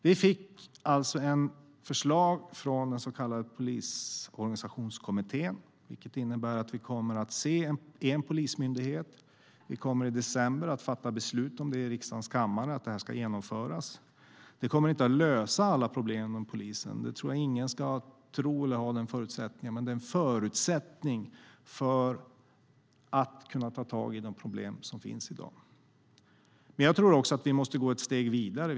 Vi fick alltså ett förslag från den så kallade Polisorganisationskommittén, vilket innebär att vi kommer att få en polismyndighet. Vi kommer i december att fatta beslut i riksdagens kammare om att det ska genomföras. Det kommer inte att lösa alla problem inom polisen, det ska ingen tro, men det är en förutsättning för att kunna ta tag i de problem som finns i dag. Jag tror att vi måste ta ett steg vidare.